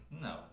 No